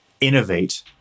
innovate